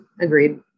agreed